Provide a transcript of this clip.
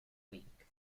week